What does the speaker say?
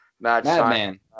Madman